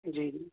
جی